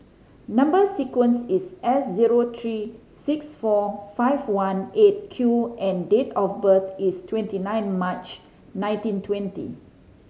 number sequence is S zero three six four five one Eight Q and date of birth is twenty nine March nineteen twenty